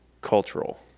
cultural